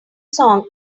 song